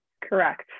Correct